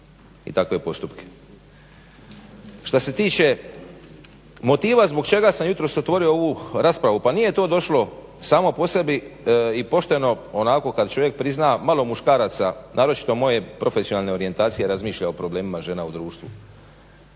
i takve postupke. Šta se tiče motiva zbog čega sam jutros otvorio ovu raspravu, pa nije to došlo samo po sebi i pošteno onako kad čovjek prizna malo muškaraca naročito moje profesionalne orijentacije razmišlja o problemima žena u društvu.